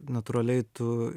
natūraliai tu